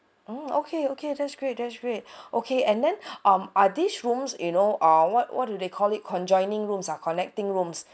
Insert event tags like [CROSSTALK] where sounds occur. mm okay okay that's great that's great [BREATH] okay and then [BREATH] um are these rooms you know uh what what do they call it conjoining rooms ah connecting rooms [BREATH]